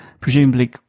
presumably